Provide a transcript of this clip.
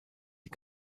die